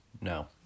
no